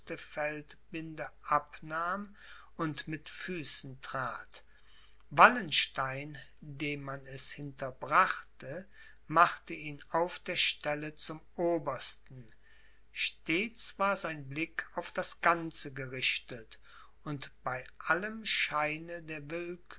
feldbinde abnahm und mit füßen trat wallenstein dem man es hinterbrachte machte ihn auf der stelle zum obersten stets war sein blick auf das ganze gerichtet und bei allem scheine der